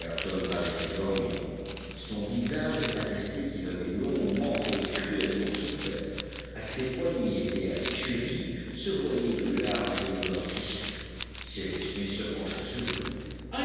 ayrton paraissait dormir son visage attestait qu'il avait longuement et cruellement souffert à ses poignets et à ses chevilles se voyaient de larges meurtrissures cyrus smith se pencha sur lui